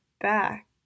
back